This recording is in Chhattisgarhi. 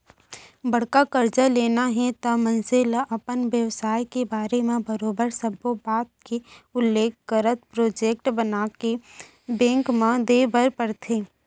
बड़का करजा लेना हे त मनसे ल अपन बेवसाय के बारे म बरोबर सब्बो बात के उल्लेख करत प्रोजेक्ट बनाके बेंक म देय बर परथे